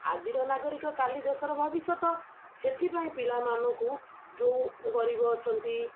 ଆଜିର ନାଗରିକ କାଲି ଦେଶର ଭବିଷ୍ୟତ ସେଥିପାଇଁ ପିଲାମାନଙ୍କୁ ଯେଉଁ ଗରିବ ଅଛନ୍ତି